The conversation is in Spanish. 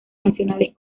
nacionales